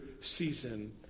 season